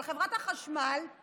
אבל חברת החשמל היא